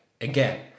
again